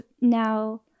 now